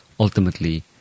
ultimately